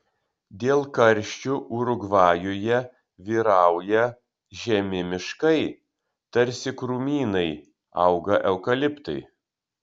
dėl karščių urugvajuje vyrauja žemi miškai tarsi krūmynai auga eukaliptai